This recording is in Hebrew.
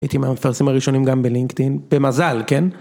הייתי מהמפרסמים הראשונים גם בלינקדאין, במזל, כן?